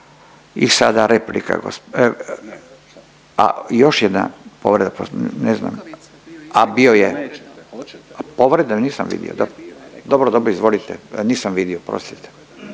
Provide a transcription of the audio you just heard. I sada replika gosp… a još jedna povreda Poslovnika ne znam, a bio je, povreda nisam vidio, dobro, dobro, izvolite. Nisam vidio oprostite.